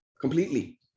Completely